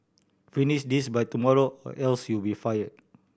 finish this by tomorrow else you'll be fired